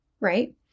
right